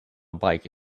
bike